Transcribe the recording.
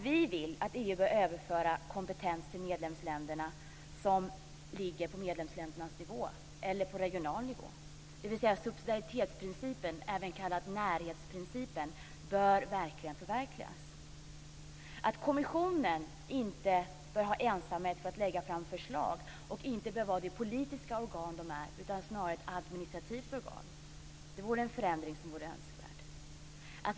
Vi vill att EU bör överföra kompetens till medlemsländerna som ligger på medlemsländernas nivå eller på regional nivå. Subsidiaritetsprincipen, även kallad närhetsprincipen, bör förverkligas. Kommissionen bör inte ha ensamrätt att lägga fram förslag och bör inte vara det politiska organ det är utan snarare ett administrativt organ. Det vore en förändring som vore önskvärd.